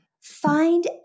Find